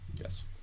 yes